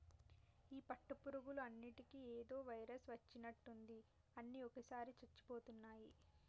ఈ పట్టు పురుగులు అన్నిటికీ ఏదో వైరస్ వచ్చినట్టుంది అన్ని ఒకేసారిగా చచ్చిపోతున్నాయి